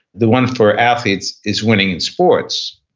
the one for athletes is winning in sports.